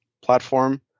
platform